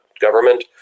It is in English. government